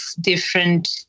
different